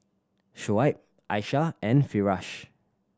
Shoaib Aisyah and Firash